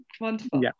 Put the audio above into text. wonderful